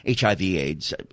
HIV-AIDS